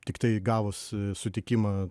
tiktai gavus sutikimą